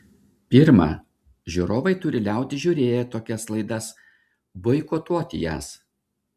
pirma žiūrovai turi liautis žiūrėję tokias laidas boikotuoti jas